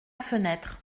fenêtre